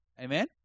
Amen